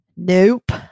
Nope